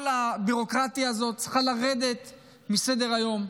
כל הביורוקרטיה הזאת צריכה לרדת מסדר-היום.